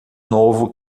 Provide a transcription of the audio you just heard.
novo